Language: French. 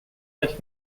neuf